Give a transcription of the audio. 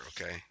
okay